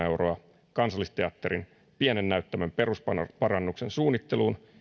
euroa kansallisteatterin pienen näyttämön perusparannuksen suunnitteluun